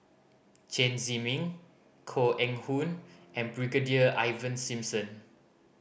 Chen Zhiming Koh Eng Hoon and Brigadier Ivan Simson